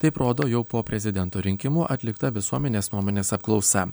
taip rodo jau po prezidento rinkimų atlikta visuomenės nuomonės apklausa